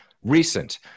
recent